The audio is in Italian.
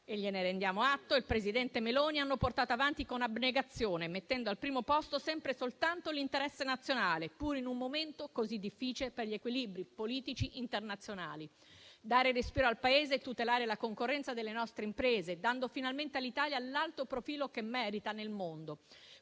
- gliene rendiamo atto - e il presidente Meloni hanno portato avanti con abnegazione, mettendo al primo posto sempre e soltanto l'interesse nazionale, pur in un momento così difficile per gli equilibri politici internazionali. Dare respiro al Paese e tutelare la concorrenza delle nostre imprese, dando finalmente all'Italia l'alto profilo che merita nel mondo,